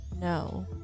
No